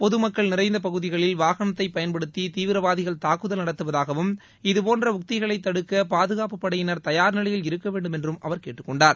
பொதுமக்கள் நிறைந்த பகுதிகளில் வாகனத்தை பயன்படுத்தி தீவிரவாதிகள் தாக்குதல் நடத்துவதாகவும் இதுபோன்ற உக்திகளை தடுக்க பாதுகாப்புப்படையினர் தயார்நிலையில் இருக்கவேண்டும் என்று அவர் கேட்டுக்கொண்டார்